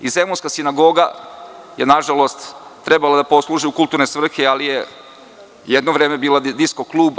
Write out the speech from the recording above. I zemunska sinagoga je, nažalost, trebalo da posluži u kulturne svrhe, ali je jedno vreme bila disko-klub.